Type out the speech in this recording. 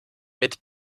mit